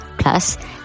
Plus